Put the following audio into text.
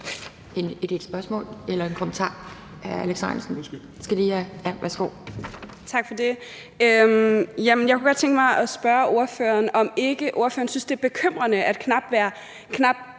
et spørgsmål eller en kommentar til hr. Alex Ahrendtsen.